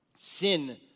sin